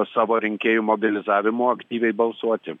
savo rinkėjų mobilizavimu aktyviai balsuoti